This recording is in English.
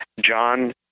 John